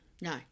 No